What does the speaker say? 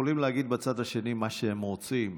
יכולים להגיד בצד השני מה שהם רוצים,